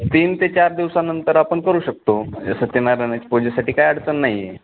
तीन ते चार दिवसानंतर आपण करू शकतो सत्यनारायणाच्या पुजेसाठी काय अडचण नाही आहे